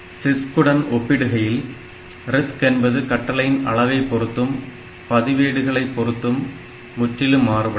CISC உடன் ஒப்பிடுகையில் RISC என்பது கட்டளையின் அளவைப் பொறுத்தும் பதிவேடுகளை பொறுத்தும் முற்றிலும் மாறுபடும்